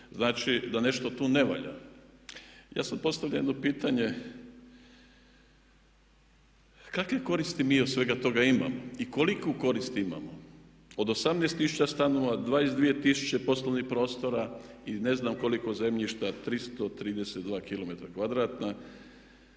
Znači da nešto tu ne valja. Ja sada postavljam jedno pitanje, kakve koristi mi od svega toga imamo i koliku korist imamo od 18 tisuća stanova, 22 tisuće poslovnih prostora i ne znam koliko zemljišta 332km